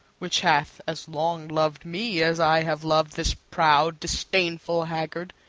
which hath as long lov'd me as i have lov'd this proud disdainful haggard.